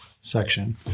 section